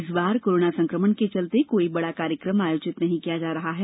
इस बार कोरोना संक्रमण के चलते कोई बड़ा कार्यक्रम आयोजित नहीं किया जा रहा है